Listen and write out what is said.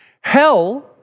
hell